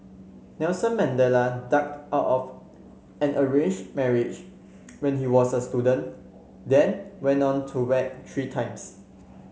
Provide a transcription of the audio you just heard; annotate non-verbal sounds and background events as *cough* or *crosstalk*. Nelson Mandela ducked out of an arranged marriage *noise* when he was a student then went on to wed three times